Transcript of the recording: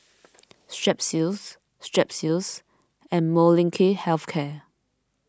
Strepsils Strepsils and Molnylcke Health Care